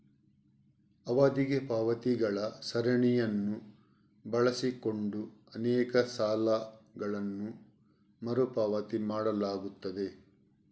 ಅವಧಿಗೆ ಪಾವತಿಗಳ ಸರಣಿಯನ್ನು ಬಳಸಿಕೊಂಡು ಅನೇಕ ಸಾಲಗಳನ್ನು ಮರು ಪಾವತಿ ಮಾಡಲಾಗುತ್ತದೆ